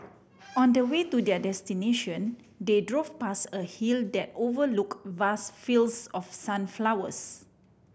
on the way to their destination they drove past a hill that overlook vast fields of sunflowers